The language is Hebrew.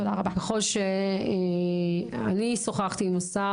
אני שוחחתי עם השר,